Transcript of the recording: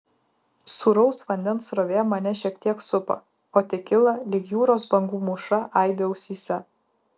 sūraus vandens srovė mane šiek tiek supa o tekila lyg jūros bangų mūša aidi ausyse